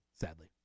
Sadly